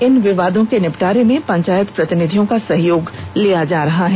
इन विवादों के निपटारे में पंचायत प्रतिनिधियों का सहयोग लिया जा रहा है